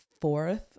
fourth